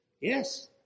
Yes